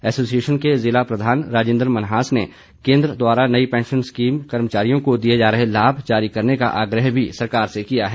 association के जिला प्रधान राजिन्द्र मन्हास ने केन्द्र द्वारा नई पैंशन स्कीम कर्मचारियों को दिए जा रहे लाभ जारी करने का आग्रह भी सरकार से किया है